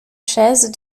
chaise